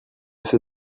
assez